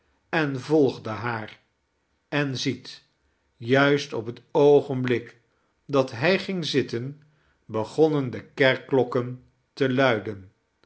en volgde haar en ziet juist op het oogenblik dat hij ging zitten begonnen de kerkklokken te luiden